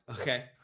okay